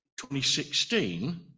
2016